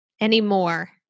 anymore